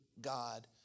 God